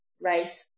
right